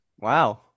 Wow